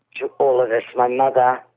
to all of us, my mother,